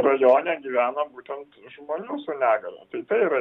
rajone gyvena būtent žmonių su negalia tai tai yra